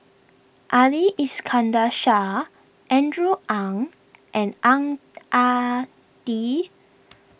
Ali Iskandar Shah Andrew Ang and Ang Ah Tee